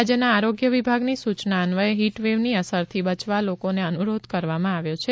રાજ્યના આરોગ્ય વિભાગની સૂચના અન્વયે હિટવેવની અસર થી બચવા લોકોને અનુરોધ કરવામાં આવ્યો છે